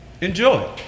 Enjoy